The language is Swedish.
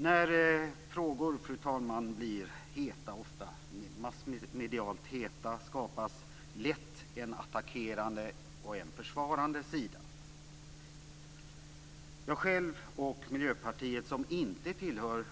När frågor, fru talman, blir massmedialt heta skapas lätt en attackerande och en försvarande sida. Jag själv och Miljöpartiet som inte tillhör